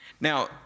Now